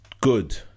good